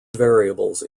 variables